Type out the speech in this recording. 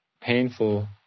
painful